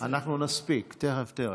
אנחנו נספיק, תכף תראה.